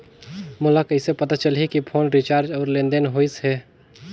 मोला कइसे पता चलही की फोन रिचार्ज और लेनदेन होइस हे?